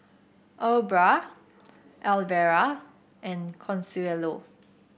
Aubra Alvera and Consuelo